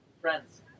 Friends